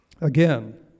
again